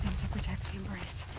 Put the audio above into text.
protect the embrace.